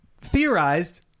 theorized